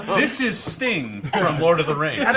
this is sting lord of the rings.